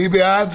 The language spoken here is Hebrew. מי בעד?